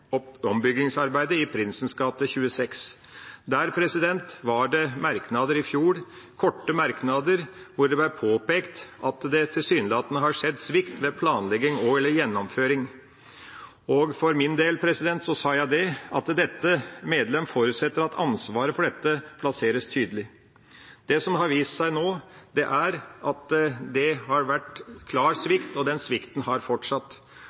ombyggingsarbeidet i Prinsens gate 26. Der var det merknader i fjor – korte merknader hvor det ble påpekt at det tilsynelatende har skjedd svikt ved planlegging og/eller gjennomføring. For min del sa jeg: «Dette medlem forutsetter at ansvaret for dette plasseres tydelig.» Det som har vist seg nå, er at det har vært en klar svikt, og den svikten har fortsatt.